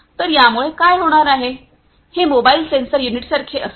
तर यामुळे काय होणार आहे ते मोबाइल सेन्सर युनिटसारखे असेल